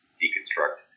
deconstruct